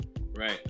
Right